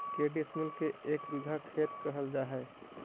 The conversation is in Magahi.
के डिसमिल के एक बिघा खेत कहल जा है?